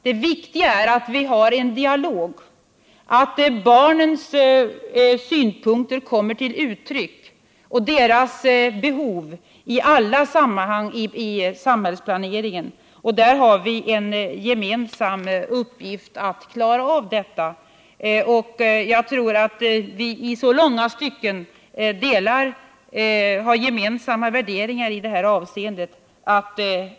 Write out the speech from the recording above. Det viktiga är att vi för en dialog där barnens synpunkter och deras behov i alla sammanhang kommer till uttryck i samhällsplaneringen. Där har vi en gemensam uppgift, och jag tror att vi i långa stycken har gemensamma värderingar i det här avseendet.